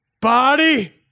body